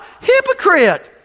Hypocrite